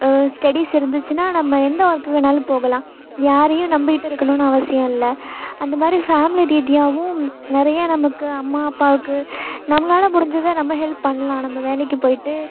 studies இருந்துச்சுனால் நம்ம எந்த ஒர்க்குக்கு வேண்ணாலும் போகலாம் யாரையும் நம்பிகிட்டு இருக்கணும்ன்னு அவசியம் இல்லை அந்தமாதிரி ஃபேமிலி ரீதியாகவும் நிறைய நமக்கு அம்மா அப்பாவுக்கு நம்மளால் முடிஞ்சதை நம்ம ஹெல்ப் பண்ணலாம் நம்ம வேலைக்கு போய்விட்டு